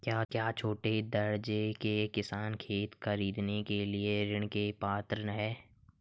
क्या छोटे दर्जे के किसान खेत खरीदने के लिए ऋृण के पात्र हैं?